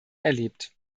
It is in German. erlebt